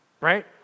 right